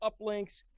uplinks